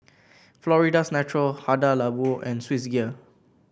Florida's Natural Hada Labo and Swissgear